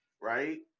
right